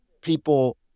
people